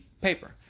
paper